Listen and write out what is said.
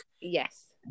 Yes